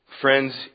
Friends